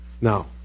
Now